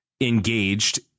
engaged